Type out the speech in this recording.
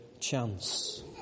chance